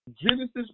Genesis